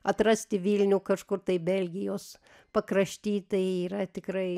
atrasti vilnių kažkur tai belgijos pakrašty tai yra tikrai